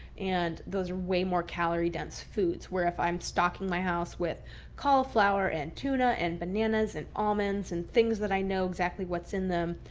and those way more calorie dense foods. where if i'm stocking my house with cauliflower and tuna and bananas and almonds and things that i know exactly what's in them.